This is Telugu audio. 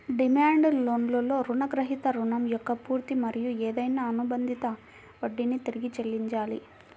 డిమాండ్ లోన్లో రుణగ్రహీత రుణం యొక్క పూర్తి మరియు ఏదైనా అనుబంధిత వడ్డీని తిరిగి చెల్లించాలి